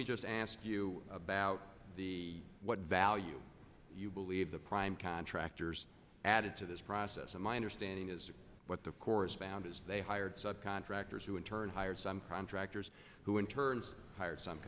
me just ask you about what value you believe the prime contractors added to this process and my understanding is what the corps found is they hired subcontractors who in turn hired some contractors who in turn hired some